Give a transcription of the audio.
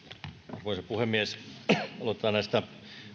arvoisa puhemies aloitetaan näistä